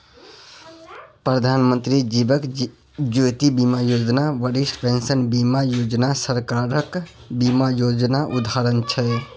प्रधानमंत्री जीबन ज्योती बीमा योजना, बरिष्ठ पेंशन बीमा योजना सरकारक बीमा योजनाक उदाहरण छै